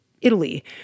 Italy